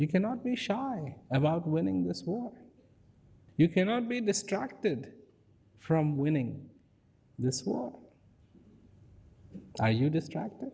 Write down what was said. you cannot be shy about winning this war you cannot be distracted from winning this war are you distracting